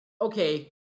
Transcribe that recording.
Okay